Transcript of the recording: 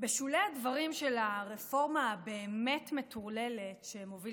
בשולי הדברים של הרפורמה הבאמת-מטורללת שמוביל